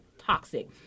toxic